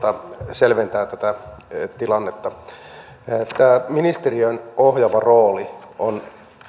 selventävät tätä tilannetta tämä ministeriön ohjaava rooli on